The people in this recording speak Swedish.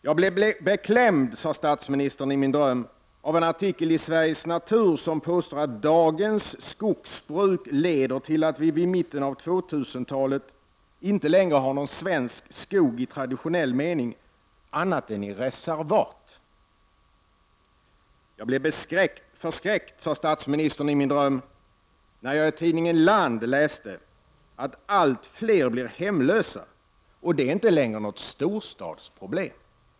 Jag blev beklämd — sade statsministern i min dröm — av en artikel i Sveriges Natur som påstår att ”dagens skogsbruk leder till att vi vid mitten av 2000 talet inte längre har någon svensk skog i traditionell mening annat än i reservat”. Jag blev förskräckt — sade statsministern i min dröm — när jag i tidningen Land läste att ”allt fler blir hemlösa och det är inte längre något storstadsproblem”.